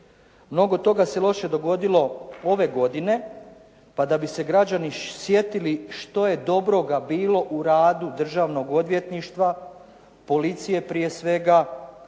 Mnogo toga se loše dogodilo ove godine, pa da bi se građani sjetili što je dobroga bilo u radu Državnog odvjetništva, policije prije svega,